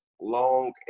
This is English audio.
long